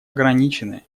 ограничены